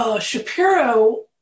Shapiro